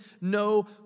no